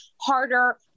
harder